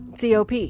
COP